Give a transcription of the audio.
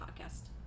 podcast